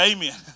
Amen